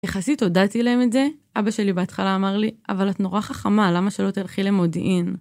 יחסית הודעתי להם את זה, אבא שלי בהתחלה אמר לי, אבל את נורא חכמה למה שלא תלכי למודיעין.